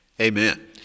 Amen